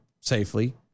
safely